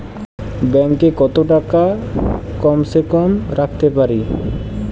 Bank এ কত টাকা কম সে কম রাখতে পারি?